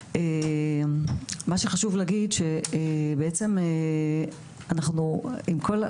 מה שחשוב להגיד שבעצם אנחנו עם כל,